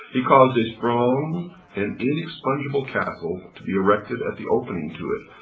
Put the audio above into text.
he caused a strong and inexpugnable castle to be erected at the opening to it,